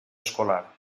escolar